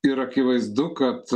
ir akivaizdu kad